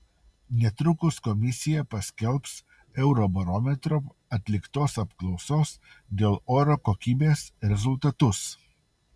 netrukus komisija paskelbs eurobarometro atliktos apklausos dėl oro kokybės rezultatus